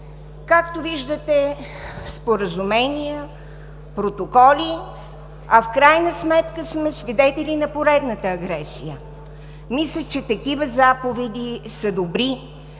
Както виждате, споразумения, протоколи, а в крайна сметка сме свидетели на поредната агресия. Мисля, че такива заповеди са добри